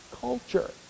culture